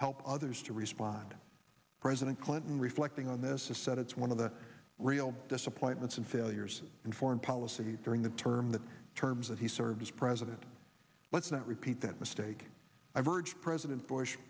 help others to respond president clinton reflecting on this is said it's one of the real disappointments and failures in foreign policy during the term the terms of he served as president let's not repeat that mistake i've urged president bush